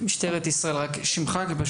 משטרת ישראל, בבקשה.